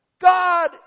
God